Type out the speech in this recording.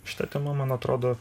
šita tema man atrodo